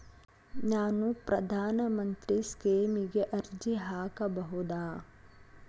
ನಾನು ಪ್ರಧಾನ ಮಂತ್ರಿ ಸ್ಕೇಮಿಗೆ ಅರ್ಜಿ ಹಾಕಬಹುದಾ?